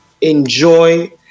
enjoy